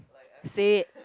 say it